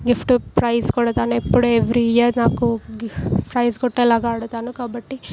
gift prize కూడా దాన్ని ఎప్పుడూ ఎవ్రీ ఇయర్ నాకు ప్రైజ్ కొట్టేలాగా ఆడుతాను కాబట్టి